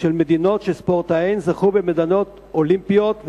מדינות שספורטאיהן זכו במדליות אולימפיות,